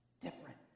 different